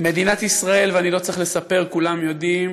מדינת ישראל, ואני לא צריך לספר, כולם יודעים,